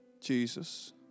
Jesus